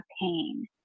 pain